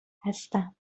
هستم